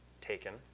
taken